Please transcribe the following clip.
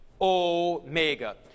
Omega